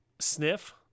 sniff